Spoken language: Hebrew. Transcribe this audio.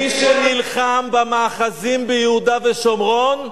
מי שנלחם במאחזים ביהודה ושומרון,